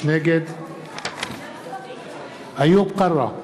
נגד איוב קרא,